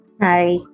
Hi